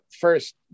First